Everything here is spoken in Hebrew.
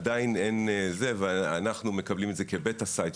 עדיין אין, אנחנו מקבלים את זה כ-Beta site.